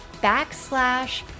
backslash